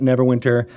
Neverwinter